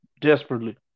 desperately